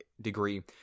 degree